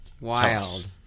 Wild